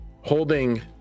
holding